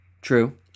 True